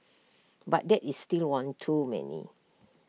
but that is still one too many